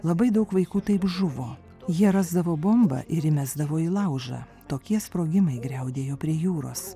labai daug vaikų taip žuvo jie rasdavo bombą ir įmesdavo į laužą tokie sprogimai griaudėjo prie jūros